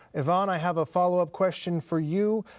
yvonne, i have a followup question for you.